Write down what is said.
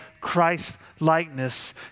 Christ-likeness